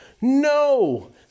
No